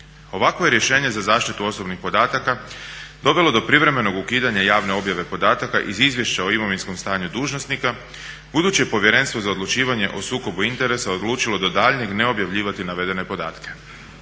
Ovakvo je rješenje za zaštitu osobnih podataka dovelo do privremenog ukidanja javne objave podataka iz izvješća o imovinskom stanju dužnosnika budući je Povjerenstvo za odlučivanje o sukobu interesa odlučilo do daljnjeg ne objavljivati navedene podatke.